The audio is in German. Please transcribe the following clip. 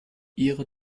ihre